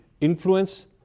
influence